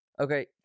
Okay